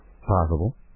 Possible